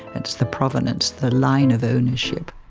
and it's the provenance, the line of ownership.